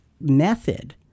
method